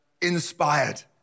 inspired